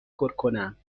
کنم